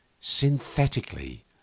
synthetically